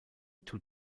two